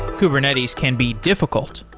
kubernetes can be difficult.